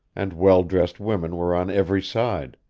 and well-dressed women were on every side.